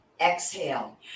Exhale